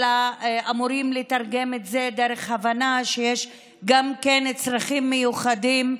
אלא אמורים לתרגם את זה דרך הבנה שיש גם צרכים מיוחדים.